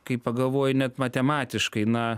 kai pagalvoji net matematiškai na